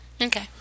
Okay